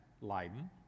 Leiden